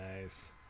nice